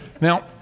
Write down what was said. Now